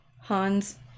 Hans